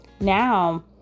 Now